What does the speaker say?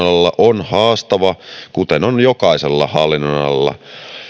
on haastava kuten on jokaisella hallinnonalalla